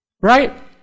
Right